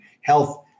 health